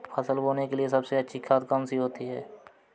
फसल बोने के लिए सबसे अच्छी खाद कौन सी होती है?